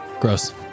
Gross